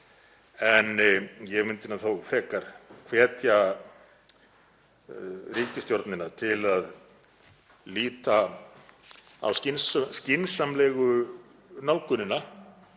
en ég myndi nú þó frekar hvetja ríkisstjórnina til að líta á skynsamlegu nálgunina